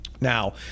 Now